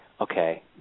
okay